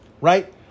right